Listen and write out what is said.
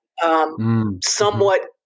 Somewhat